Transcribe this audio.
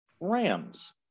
Rams